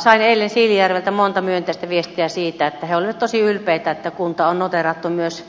sain eilen siilinjärveltä monta myönteistä viestiä siitä että he olivat tosi ylpeitä että kunta on noteerattu myös